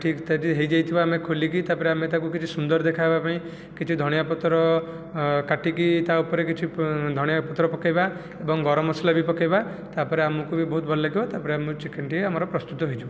ଠିକ୍ ଯଦି ହୋଇଯାଇଥିବ ଆମେ ଖୋଲିକି ତାପରେ ଆମେ ତାକୁ କିଛି ସୁନ୍ଦର ଦେଖାହେବା ପାଇଁ କିଛି ଧଣିଆ ପତ୍ର କାଟିକି ତା ଉପରେ କିଛି ଧଣିଆ ପତ୍ର ପକେଇବା ଏବଂ ଗରମ ମସଲା ବି ପକେଇବା ତାପରେ ଆମକୁ ବି ବହୁତ ଭଲ ଲାଗିବ ତାପରେ ଆମ ଚିକେନ୍ ଟି ଆମର ପ୍ରସ୍ତୁତ ହୋଇଯିବ